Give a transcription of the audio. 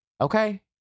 okay